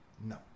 No